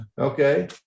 Okay